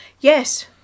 Yes